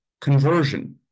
conversion